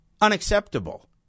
Unacceptable